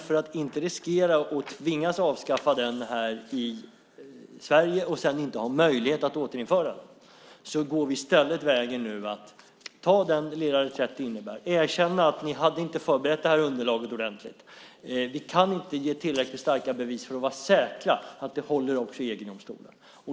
För att inte riskera att tvingas avskaffa förbudet här i Sverige och sedan inte ha möjlighet att återinföra det går vi nu i stället vägen att ta den lilla reträtt det här innebär och erkänna att ni inte hade förberett underlaget ordentligt. Vi kan inte ge tillräckligt starka bevis för att vara säkra att det håller i EG-domstolen.